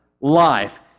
life